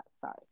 sorry